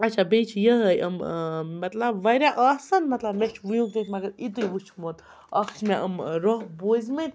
اچھا بیٚیہِ چھِ یِہاے یِم مطلب واریاہ آسَن مطلب مےٚ چھُ وٕنیُک تانٮ۪تھ مگر یُتی وُچھمُت اَکھ چھِ مےٚ یِم روٛف بوزِمٕتۍ